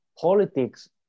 politics